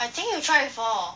I think you try before